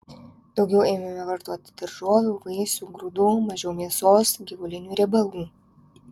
daugiau ėmėme vartoti daržovių vaisių grūdų mažiau mėsos gyvulinių riebalų